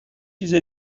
چیز